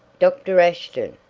dr. ashton.